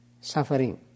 suffering